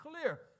clear